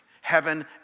heaven